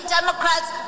Democrats